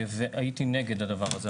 והייתי נגד הדבר הזה.